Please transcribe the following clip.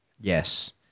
Yes